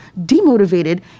demotivated